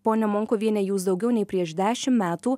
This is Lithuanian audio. ponia monkuviene jūs daugiau nei prieš dešim metų